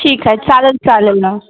ठीक आहे चालेल चालेम मग